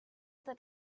that